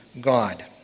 God